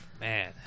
Man